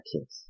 kids